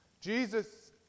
Jesus